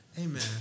Amen